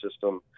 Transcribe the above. system